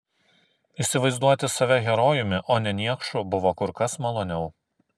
įsivaizduoti save herojumi o ne niekšu buvo kur kas maloniau